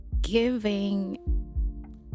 Giving